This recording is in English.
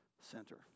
Center